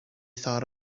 thought